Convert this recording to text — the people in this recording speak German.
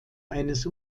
eines